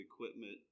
equipment